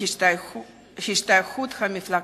וההשתייכות המפלגתית.